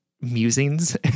musings